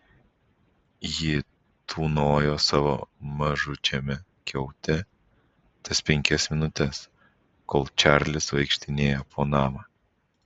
ji tūnojo savo mažučiame kiaute tas penkias minutes kol čarlis vaikštinėjo po namą